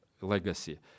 legacy